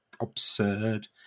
absurd